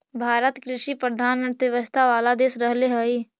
भारत कृषिप्रधान अर्थव्यवस्था वाला देश रहले हइ